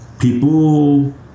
people